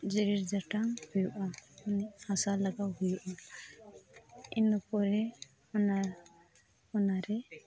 ᱡᱮᱨᱮᱲ ᱡᱟᱴᱟᱝ ᱦᱩᱭᱩᱜᱼᱟ ᱦᱟᱥᱟ ᱞᱟᱜᱟᱣ ᱦᱩᱭᱩᱜᱼᱟ ᱤᱱᱟᱹ ᱯᱚᱨᱮ ᱚᱱᱟ ᱚᱱᱟᱨᱮ